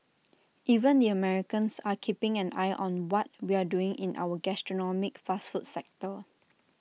even the Americans are keeping an eye on what we're doing in our gastronomic fast food sector